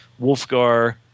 Wolfgar